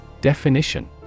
Definition